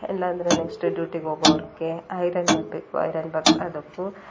ಇಲ್ಲಾಂದರೆ ನೆಕ್ಸ್ಟ್ ಡ್ಯೂಟಿಗೆ ಹೋಗೋರ್ಗೆ ಐರನ್ ಮಾಡಬೇಕು ಐರನ್ ಬಾಕ್ಸ್ ಅದಕ್ಕೂ